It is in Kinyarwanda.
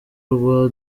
rwa